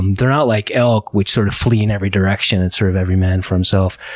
they're not like elk which sort of flee in every direction and, sort of, every man for himself,